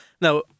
Now